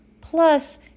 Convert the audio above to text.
plus